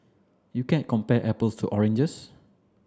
you can't compare apples to oranges